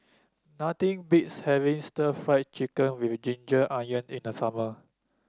nothing beats having Stir Fried Chicken with Ginger Onions in the summer